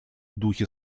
духе